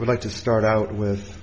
like to start out with